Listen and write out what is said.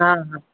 हा हा